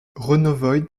renauvoid